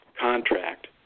contract